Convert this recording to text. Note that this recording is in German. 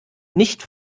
nicht